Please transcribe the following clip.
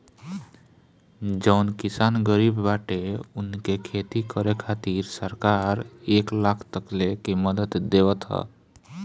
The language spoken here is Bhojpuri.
जवन किसान गरीब बाटे उनके खेती करे खातिर सरकार एक लाख तकले के मदद देवत ह